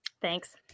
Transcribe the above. Thanks